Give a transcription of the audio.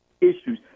issues